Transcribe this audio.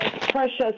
precious